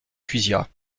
cuisiat